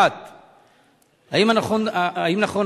1. האם נכון הדבר?